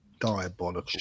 diabolical